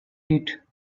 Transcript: did